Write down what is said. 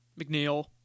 McNeil